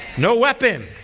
no weapon.